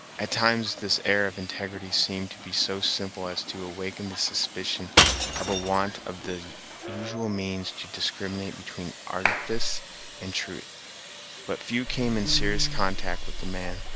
at times this air of integrity seemed to be so simple as to awaken the suspicion of a want of the usual means to discriminate between artifice and truth but few came in serious contact with the man,